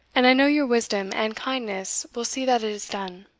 and i know your wisdom and kindness will see that it is done.